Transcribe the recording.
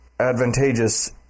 advantageous